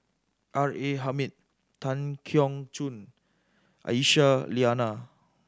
R A Hamid Tan Keong Choon Aisyah Lyana